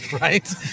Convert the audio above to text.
Right